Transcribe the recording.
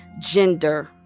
gender